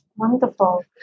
Wonderful